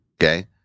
okay